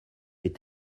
est